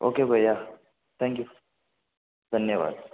okay भय्या thank you धन्यवाद